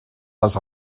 les